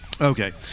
okay